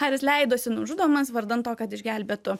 haris leidosi nužudomas vardan to kad išgelbėtų